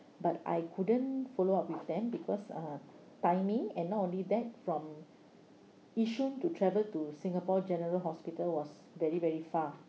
but I couldn't follow up with them because uh timing and not only that from yishun to travel to singapore general hospital was very very far